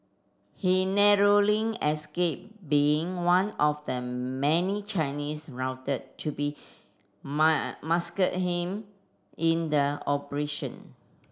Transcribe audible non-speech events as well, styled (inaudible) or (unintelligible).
he narrowly escaped being one of the many Chinese rounded to be (unintelligible) massacred him in the operation